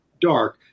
Dark